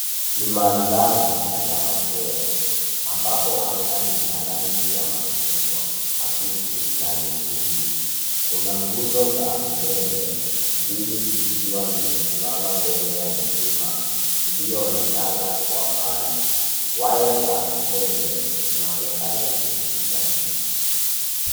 Ni maandhari ya machweo ambapo anga lina rangi ya machungwa hafifu na nyekundu . Kuna nguzo za umeme mbili zikiwa zimesimama mbele ya milima iliyoonekana kwa mbali . Waya za umeme zinazoonekana zikipita juu.